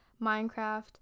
Minecraft